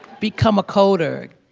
become a coder.